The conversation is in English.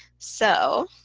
so